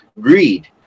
greed